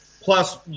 plus